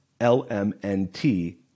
L-M-N-T